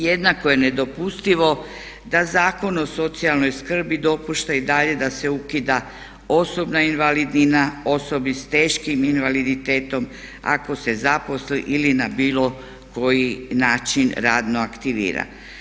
Jednako je nedopustivo da Zakon o socijalnoj skrbi dopušta i dalje da se ukida osobna invalidnina osobi s teškim invaliditetom ako se zaposli ili na bilo koji način radno aktivira.